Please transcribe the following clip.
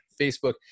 Facebook